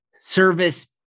service